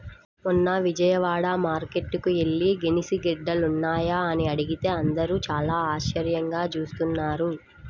మొన్న విజయవాడ మార్కేట్టుకి యెల్లి గెనిసిగెడ్డలున్నాయా అని అడిగితే అందరూ చానా ఆశ్చర్యంగా జూత్తన్నారు